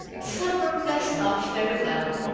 the supper passed off very well.